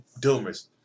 doomers